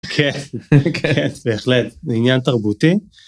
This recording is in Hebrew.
כן, כן, בהחלט, זה עניין תרבותי.